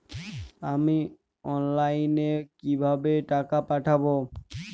আমি অনলাইনে কিভাবে টাকা পাঠাব?